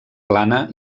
plana